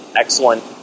excellent